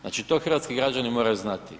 Znači to hrvatski građani moraju znati.